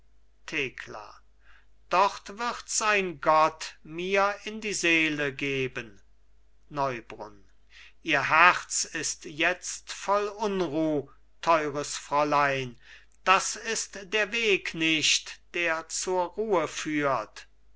thekla dort wirds ein gott mir in die seele geben neubrunn ihr herz ist jetzt voll unruh teures fräulein das ist der weg nicht der zur ruhe führt